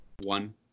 one